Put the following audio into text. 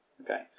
Okay